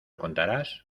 contarás